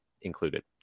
included